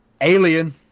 Alien